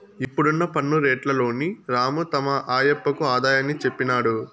ఇప్పుడున్న పన్ను రేట్లలోని రాము తమ ఆయప్పకు ఆదాయాన్ని చెప్పినాడు